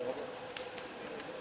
ההצעה להעביר את הנושא לוועדת החינוך,